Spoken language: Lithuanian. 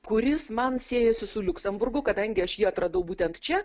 kuris man siejasi su liuksemburgu kadangi aš jį atradau būtent čia